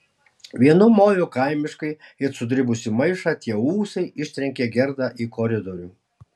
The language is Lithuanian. vienu moju kaimiškai it sudribusį maišą tie ūsai ištrenkė gerdą į koridorių